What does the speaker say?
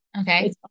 Okay